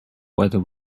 whether